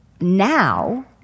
Now